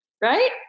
Right